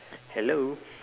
hello